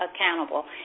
accountable